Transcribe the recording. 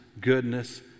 goodness